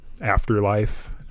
afterlife